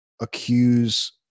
accuse